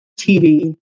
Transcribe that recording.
TV